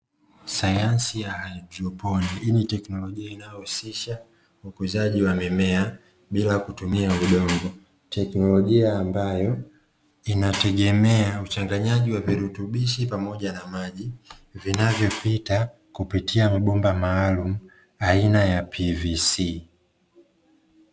Sayansi ya haidroponi ni teknolojia inayohusisha ukuzaji wa mimea bila kutumia udongo. Teknolojia ambayo inategemea uchanganyaji wa virutubishi pamoja na maji, vinavyopita kupitia mabomba maalumu aina ya PVC.